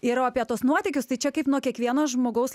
ir o apie tuos nuotykius tai čia kaip nuo kiekvieno žmogaus